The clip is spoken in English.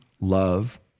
love